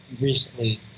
recently